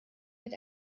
mit